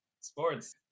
sports